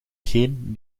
geen